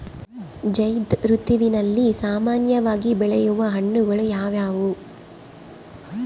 ಝೈಧ್ ಋತುವಿನಲ್ಲಿ ಸಾಮಾನ್ಯವಾಗಿ ಬೆಳೆಯುವ ಹಣ್ಣುಗಳು ಯಾವುವು?